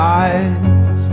eyes